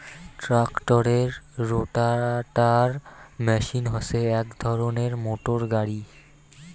ট্রাক্টরের rotavator machine হসে এক ধরণের মোটর গাড়ি